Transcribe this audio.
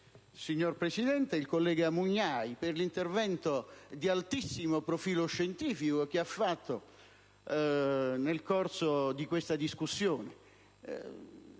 signora Presidente, il senatore Mugnai, per l'intervento di altissimo profilo scientifico che ha svolto nel corso di questa discussione